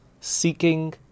seeking